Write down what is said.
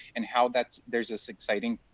and how that's there's this exciting